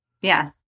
Yes